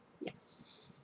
Yes